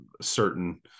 certain